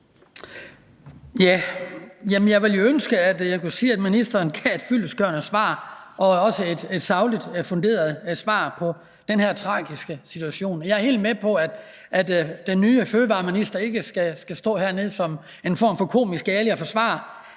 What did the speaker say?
Jeg ville jo ønske, at jeg kunne sige, at ministeren gav et fyldestgørende og også sagligt funderet svar på den her tragiske situation. Jeg er helt med på, at den nye fødevareminister ikke skal stå hernede som en form for Komiske Ali og forsvare